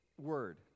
word